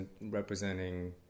representing